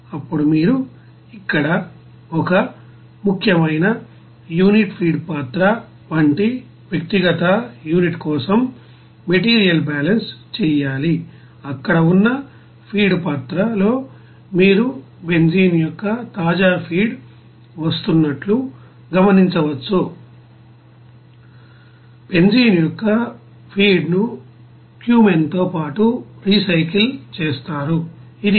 అప్పుడు మీరు ఇక్కడ ఒక ముఖ్యమైన యూనిట్ ఫీడ్ పాత్ర వంటి వ్యక్తిగత యూనిట్ కోసం మెటీరియల్ బ్యాలెన్స్ చేయాలిఅక్కడ ఉన్న ఫీడ్ పాత్రలో మీరు బెంజీన్ యొక్క తాజా ఫీడ్ వస్తున్నట్లు గమనించవచ్చు బెంజీన్ యొక్క ఫీడ్ను క్యూమెన్తో పాటు రీసైకిల్ చేస్తారు ఇది 1